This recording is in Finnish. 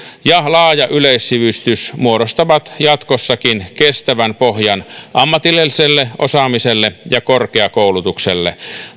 ja laaja yleissivistys muodostavat jatkossakin kestävän pohjan ammatilliselle osaamiselle ja korkeakoulutukselle